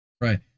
Right